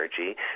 energy